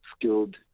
skilled